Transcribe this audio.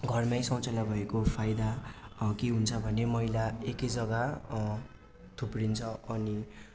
घरमै शौचाल्य भएको फाइदा के हुन्छ भने मैला एकै जग्गा थुप्रिन्छ अनि